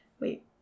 Wait